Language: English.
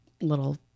little